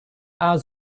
hours